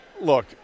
look